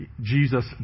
Jesus